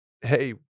hey